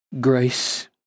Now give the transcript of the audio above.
grace